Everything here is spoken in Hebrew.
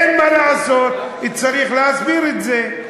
אין מה לעשות, צריך להסביר את זה.